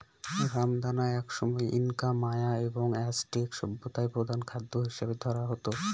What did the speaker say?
রামদানা একসময় Inca, Maya এবং অ্যাজটেক সভ্যতায় প্রধান খাদ্য হিসাবে ধরা হত